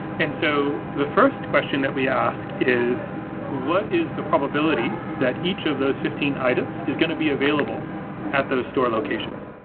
and so the first question that we ask is what is the probability that each of those fifteen items is going to be available at those store locations?